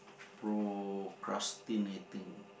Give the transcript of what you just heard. procrastinating